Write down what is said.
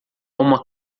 uma